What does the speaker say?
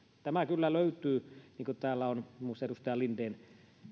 tämä raha kyllä löytyy niin kuin täällä on muun muassa edustaja linden